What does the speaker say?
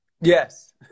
Yes